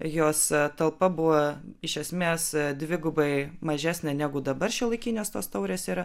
jos talpa buvo iš esmės dvigubai mažesnė negu dabar šiuolaikinės tos taurės yra